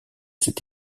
cet